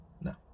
no